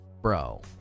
Bro